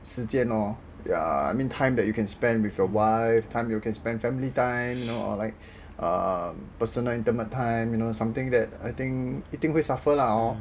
时间 lor ya I mean time that you can spend with your wife time you can spend family time or like err personal intimate time you know something that I think you know 一定会 suffer lah hor